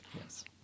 Yes